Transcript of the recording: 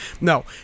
No